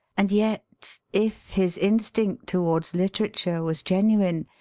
and yet, if his instinct towards literature was genuine,